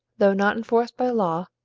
though not enforced by law,